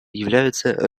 являются